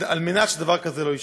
כדי שדבר כזה לא יישנה.